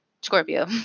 Scorpio